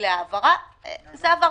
ההון בעשורים האחרונים וכן